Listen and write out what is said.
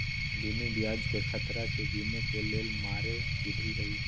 बिनु ब्याजकें खतरा के गिने के लेल मारे विधी हइ